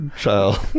child